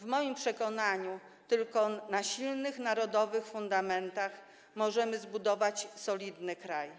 W moim przekonaniu tylko na silnych, narodowych fundamentach możemy zbudować solidny kraj,